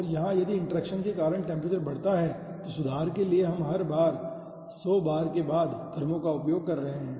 और यहाँ यदि इंटरेक्शन के कारण टेम्परेचर बढ़ता है तो सुधार के लिए हम हर बार 100 बार के बाद थर्मो का उपयोग कर रहे हैं